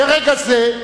מרגע זה,